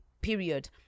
period